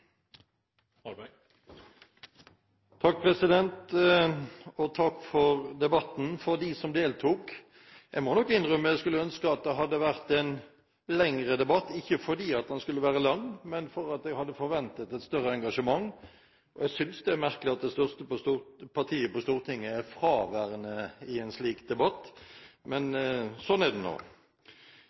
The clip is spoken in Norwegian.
Takk for debatten og til dem som deltok. Jeg må nok innrømme at jeg skulle ønske det hadde vært en lengre debatt – ikke fordi den skulle være lang, men fordi jeg hadde forventet et større engasjement. Jeg synes det er merkelig at det største partiet på Stortinget er fraværende i en slik debatt, men slik er det nå.